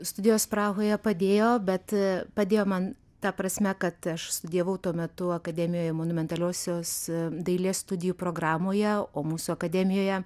studijos prahoje padėjo bet padėjo man ta prasme kad aš studijavau tuo metu akademijoje monumentaliosios dailės studijų programoje o mūsų akademijoje